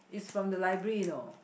it's from the library you know